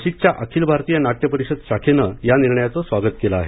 नाशिकच्या अखिल भारतीय नाट्य परिषद शाखेन या निर्णयाचं स्वागत केलं आहे